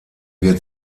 wird